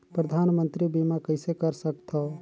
परधानमंतरी बीमा कइसे कर सकथव?